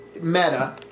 meta